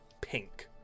pink